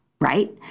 right